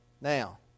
Now